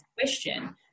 question